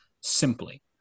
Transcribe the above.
simply